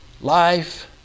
life